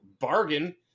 bargain